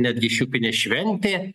netgi šiupinio šventė